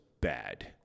bad